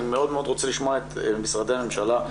אני מאוד רוצה לשמוע את משרדי הממשלה,